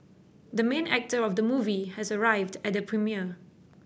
the main actor of the movie has arrived at the premiere